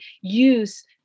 use